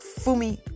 Fumi